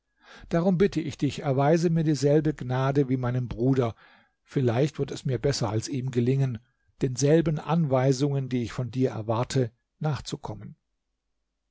darum bitte ich dich erweise mir dieselbe gnade wie meinem bruder vielleicht wird es mir besser als ihm gelingen denselben anweisungen die ich von dir erwarte nachzukommen